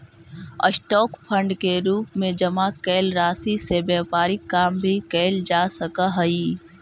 stock fund के रूप में जमा कैल राशि से व्यापारिक काम भी कैल जा सकऽ हई